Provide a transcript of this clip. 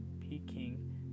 Peking